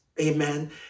amen